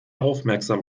aufmerksam